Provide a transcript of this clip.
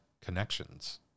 connections